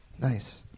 Nice